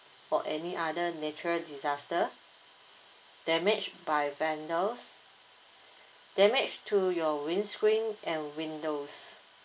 or any other nature disaster damage by vendors damage to your windscreen and windows